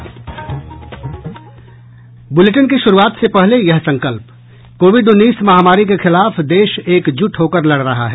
bulletin की शुरूआत से पहले ये संकल्प कोविड उन्नीस महामारी के खिलाफ देश एकजुट होकर लड़ रहा है